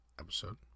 Episode